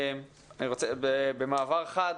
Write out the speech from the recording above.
במעבר חד.